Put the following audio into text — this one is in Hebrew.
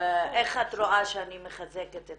איך את רואה שאני מחזקת את